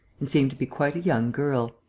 and seemed to be quite a young girl.